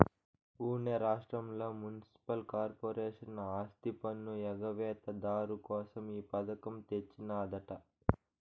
పునే రాష్ట్రంల municipal corporation ఆస్తిపన్ను ఎగవేత దారు కోసం ఈ పథకం తెచ్చినాదట